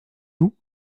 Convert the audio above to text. vous